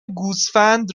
گوسفند